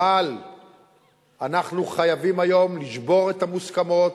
אבל אנחנו חייבים היום לשבור את המוסכמות,